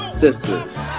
Sisters